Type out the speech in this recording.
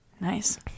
Nice